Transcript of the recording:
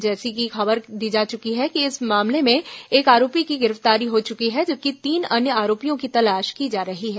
जैसी की खबर दी जा चुकी है इस मामले में एक आरोपी की गिरफ्तारी हो चुकी है जबकि तीन अन्य आरोपियों की तलाश की जा रही है